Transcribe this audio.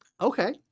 Okay